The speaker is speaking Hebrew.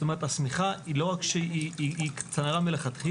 זאת אומרת שהשמיכה היא לא רק קצרה מלכתחילה,